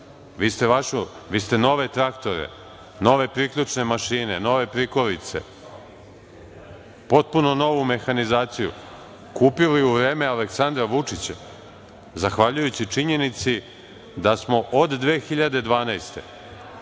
Vi ste nove traktore, nove priključne mašine, nove prikolice, potpuno novu mehanizaciju kupili u vreme Aleksandra Vučića, zahvaljujući činjenici da smo od 2012.